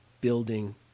building